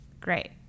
Great